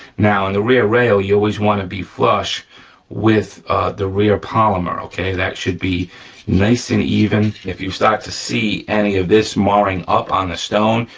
now in the rear rail, you always want it to be flush with the rear polymer okay? that should be nice and even. if you start to see any of this marring up on the stone,